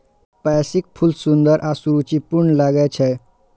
पैंसीक फूल सुंदर आ सुरुचिपूर्ण लागै छै